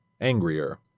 angrier